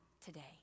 today